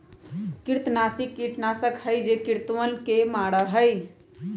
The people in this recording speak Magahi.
कृंतकनाशक कीटनाशक हई जो कृन्तकवन के मारा हई